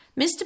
Mr